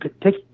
Take